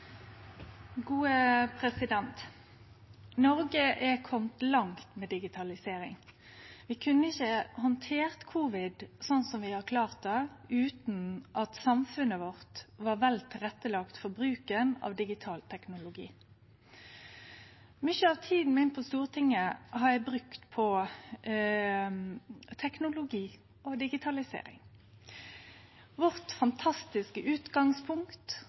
Noreg er kome langt med digitalisering. Vi kunne ikkje handtert covid-19 slik vi har klart det, utan at samfunnet vårt var vel tilrettelagt for bruken av digital teknologi. Mykje av tida mi på Stortinget har eg brukt på teknologi og digitalisering – det fantastiske